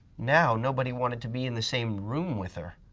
now, nobody wanted to be in the same room with her.